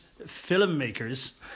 filmmakers